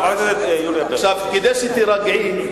חברת הכנסת יוליה, כדי שתירגעי,